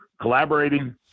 collaborating